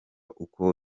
uko